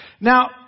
Now